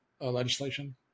legislation